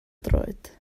droed